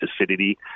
acidity